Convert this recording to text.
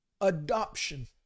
adoption